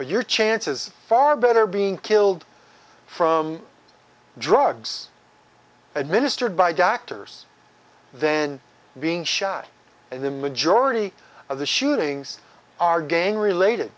but your chances far better being killed from drugs administered by doctors then being shot and the majority of the shootings are gang related